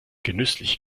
genüsslich